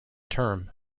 term